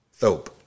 Thope